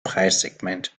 preissegment